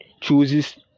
chooses